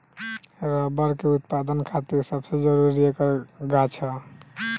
rubber के उत्पदान खातिर सबसे जरूरी ऐकर गाछ ह